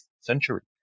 century